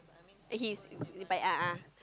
uh he's dia baik a'ah